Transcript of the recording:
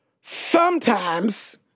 sometimes-